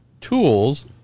tools